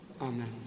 amen